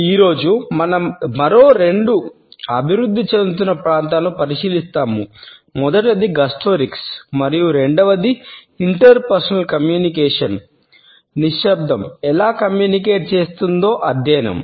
ఈ రోజు మనం మరో రెండు అభివృద్ధి చెందుతున్న ప్రాంతాలను పరిశీలిస్తాము మొదటిది గస్టోరిక్స్ మరియు రెండవది ఇంటర్ పర్సనల్ కమ్యూనికేషన్లో నిశ్శబ్దం ఎలా కమ్యూనికేట్ చేస్తుందో అధ్యయనం